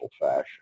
fashion